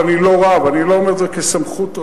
אבל אני לא רב, אני לא אומר את זה כסמכות רבנית.